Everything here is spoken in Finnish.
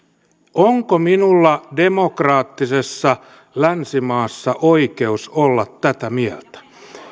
onko minulla demokraattisessa länsimaassa oikeus olla tätä mieltä